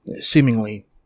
seemingly